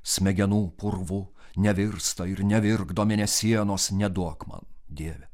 smegenų purvu nevirsta ir nevirkdo mėnesienos neduok man dieve